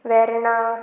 Verna